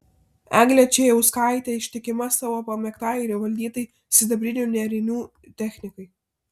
eglė čėjauskaitė ištikima savo pamėgtai ir įvaldytai sidabrinių nėrinių technikai